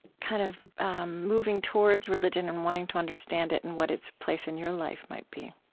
kind of moving towards religion and wanting to understand it and what its place in your life might be.